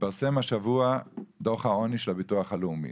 התפרסם השבוע דוח העוני של הביטוח הלאומי.